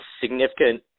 significant